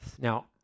Now